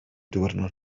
diwrnod